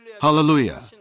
Hallelujah